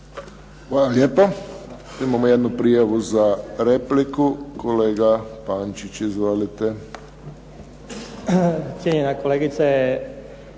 Hvala lijepo. Imamo jednu prijavu za repliku, kolega Pančić. Izvolite. **Pančić, Ivica